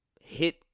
hit